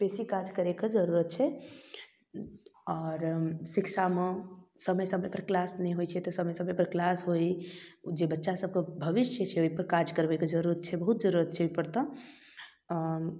बेसी काज करैके जरूरत छै आओर शिक्षामे समय समयपर किलास नहि होइ छै तऽ समय समयपर किलास होइ जे बच्चासभके भविष्य छै ओहिपर काज करबैके जरूरत छै बहुत जरूरत छै ओहिपर तऽ